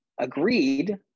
agreed